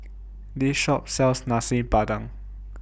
This Shop sells Nasi Padang